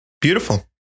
Beautiful